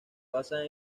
basan